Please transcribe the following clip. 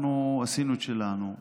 אנחנו עשינו את שלנו.